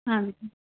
ਹਾਂਜੀ